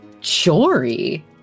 Jory